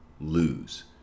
Lose